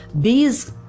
Bees